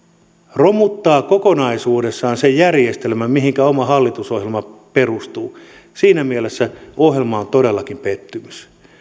romuttaa kokonaisuudessaan sen järjestelmän mihinkä oma hallitusohjelma perustuu siinä mielessä ohjelma on todellakin pettymys